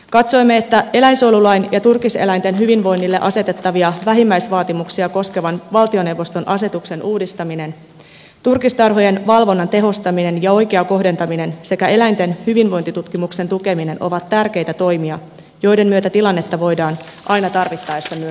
katsoimme että eläinsuojelulain ja turkiseläinten hyvinvoinnille asetettavia vähimmäisvaatimuksia koskevan valtioneuvoston asetuksen uudistaminen turkistarhojen valvonnan tehostaminen ja oikea kohdentaminen sekä eläinten hyvinvointitutkimuksen tukeminen ovat tärkeitä toimia joiden myötä tilannetta voidaan aina tarvittaessa myös parantaa